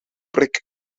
prik